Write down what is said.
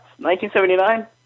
1979